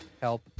help